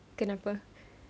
kenapa